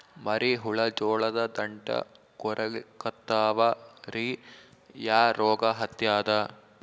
ಮರಿ ಹುಳ ಜೋಳದ ದಂಟ ಕೊರಿಲಿಕತ್ತಾವ ರೀ ಯಾ ರೋಗ ಹತ್ಯಾದ?